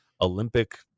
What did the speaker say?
Olympic